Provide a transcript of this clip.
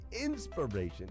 inspiration